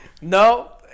No